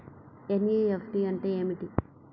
NEFT అంటే ఏమిటీ?